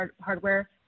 hardware